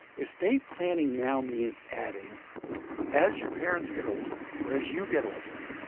estate planning now means adding as your parents get older, or as you get older,